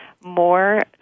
more